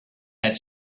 had